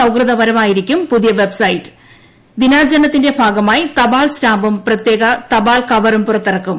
സൌഹൃദപരമായിരിക്കും ഉപഭോക്ത്യ പുതിയ ദിനാചരണത്തിന്റെ ഭാഗമായി തപാൽ സ്റ്റാമ്പും പ്രത്യേക തപാൽ കവറും പുറത്തിറക്കും